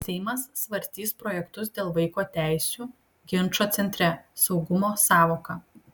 seimas svarstys projektus dėl vaiko teisių ginčo centre saugumo sąvoka